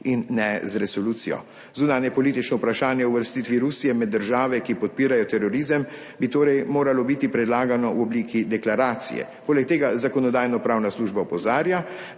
in ne z resolucijo. Zunanjepolitično vprašanje o uvrstitvi Rusije med države, ki podpirajo terorizem, bi torej moralo biti predlagano v obliki deklaracije,. Poleg tega Zakonodajno-pravna služba opozarja,